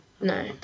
No